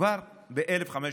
כבר ב-1513.